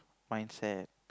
mindset